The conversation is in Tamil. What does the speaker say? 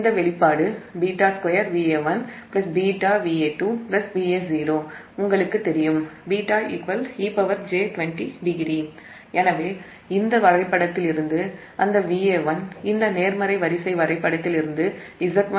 இந்த வெளிப்பாடு β2Va1βVa2Va0 உங்களுக்குத் தெரியும் β ej20degree எனவே இந்தவரைபடத்திலிருந்து அந்த Va1 இந்த நேர்மறை வரிசை வரைபடத்திலிருந்து Z1Ia1